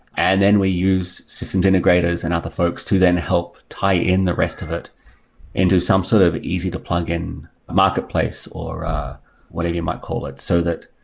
and then we use systems integrators and other folks to then help tie in the rest of it into some sort of easy to plug in marketplace, or whatever you might call it. so that